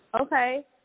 Okay